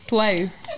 Twice